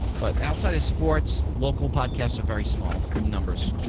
but outside of sports, local podcasts are very small numbers.